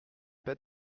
pas